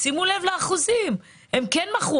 שימו לב לאחוזים, הם כן מכרו.